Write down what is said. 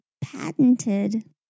patented